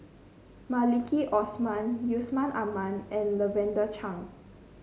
Maliki Osman Yusman Aman and Lavender Chang